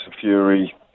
Fury